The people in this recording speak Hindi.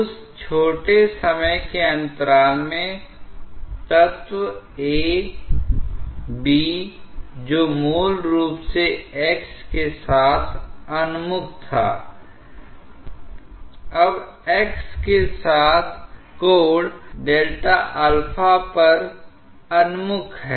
उस छोटे समय के अंतराल में तत्व A B जो मूल रूप से x के साथ उन्मुख था अब x के साथ कोण Δα पर उन्मुख है